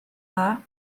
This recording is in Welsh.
dda